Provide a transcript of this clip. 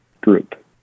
group